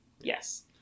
yes